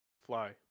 Fly